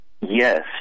Yes